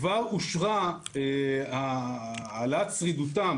כבר אושרה העלאת שרידותם,